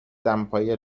دمپایی